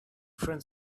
friend